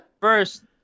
first